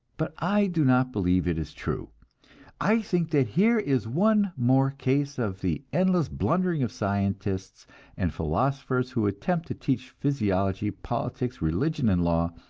but i do not believe it is true i think that here is one more case of the endless blundering of scientists and philosophers who attempt to teach physiology, politics, religion and law,